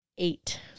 Eight